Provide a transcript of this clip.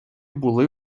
були